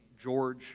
George